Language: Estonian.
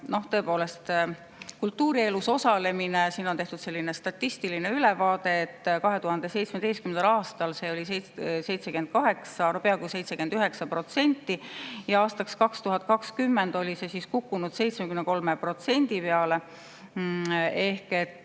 kohad. Tõepoolest, kultuurielus osalemise kohta on tehtud selline statistiline ülevaade, et 2017. aastal oli see peaaegu 79% ja aastaks 2020 oli see kukkunud 73% peale, ehk